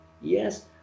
yes